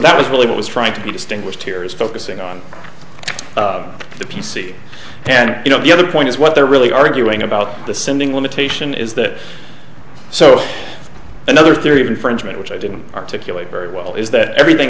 that was really what was trying to be distinguished here is focusing on the p c ten you know the other point is what they're really arguing about the sending limitation is that so another theory of infringement which i didn't articulate very well is that everything